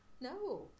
no